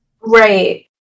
Right